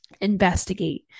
investigate